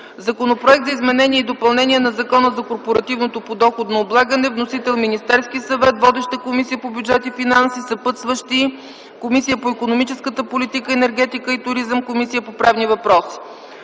Законопроект за изменение и допълнение на Закона за корпоративното подоходно облагане. Вносител е Министерският съвет. Водеща е Комисията по бюджет и финанси. Съпътстващи са Комисията по икономическа политика, енергетика и туризъм и Комисията по правни въпроси.